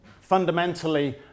fundamentally